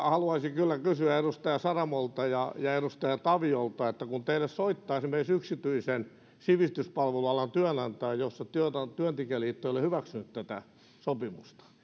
haluaisin kyllä kysyä edustaja saramolta ja ja edustaja taviolta kun teille soittaa esimerkiksi yksityisen sivistyspalvelualan työnantaja jonka alalla työntekijäliitto ei ole hyväksynyt tätä sopimusta